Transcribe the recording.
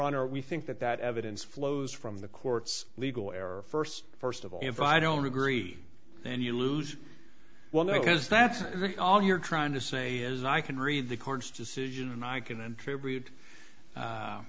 honor we think that that evidence flows from the court's legal error first first of all if i don't agree then you lose well no because that's all you're trying to say is i can read the court's decision and i can and tribute a